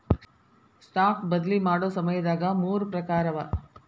stock ಬದ್ಲಿ ಮಾಡೊ ಸಮಯದಾಗ ಮೂರ್ ಪ್ರಕಾರವ